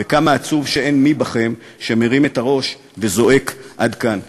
וכמה עצוב שאין בכם מי שמרים את הראש וזועק: עד כאן.